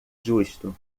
justo